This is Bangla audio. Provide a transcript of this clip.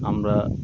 আমরা